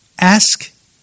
Ask